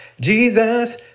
Jesus